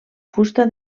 fusta